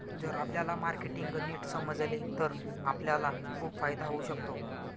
जर आपल्याला मार्केटिंग नीट समजले तर आपल्याला खूप फायदा होऊ शकतो